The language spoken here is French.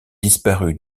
disparu